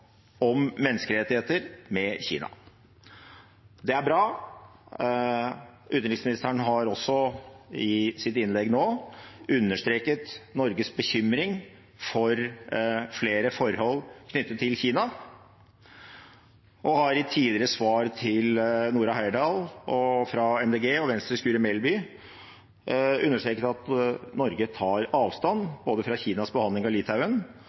om menneskerettigheter med Kina. Det er bra. Utenriksministeren har også, i sitt innlegg nå, understreket Norges bekymring over flere forhold knyttet til Kina, og har i tidligere svar til Nora Heyerdahl fra Miljøpartiet De Grønne og Venstres Guri Melby understreket at Norge tar avstand fra Kinas behandling av Litauen